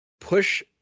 push